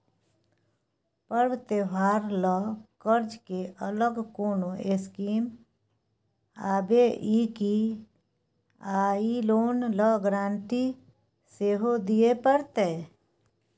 पर्व त्योहार ल कर्ज के अलग कोनो स्कीम आबै इ की आ इ लोन ल गारंटी सेहो दिए परतै?